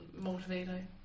motivator